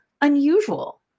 unusual